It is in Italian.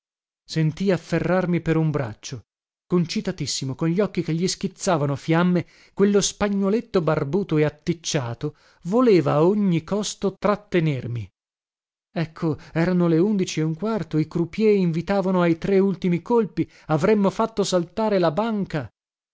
afferrarmi per un braccio concitatissimo con gli occhi che gli schizzavano fiamme quello spagnoletto barbuto e atticciato voleva a ogni costo trattenermi ecco erano le undici e un quarto i croupiers invitavano ai tre ultimi colpi avremmo fatto saltare la banca